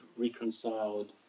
reconciled